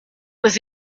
was